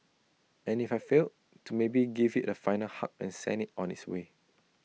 and if I failed to maybe give IT A final hug and send IT on its way